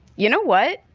you know what?